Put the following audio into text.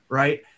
right